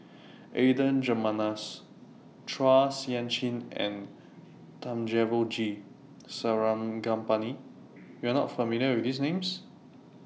Adan Jimenez Chua Sian Chin and Thamizhavel G Sarangapani YOU Are not familiar with These Names